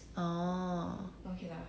orh